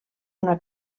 una